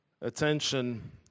attention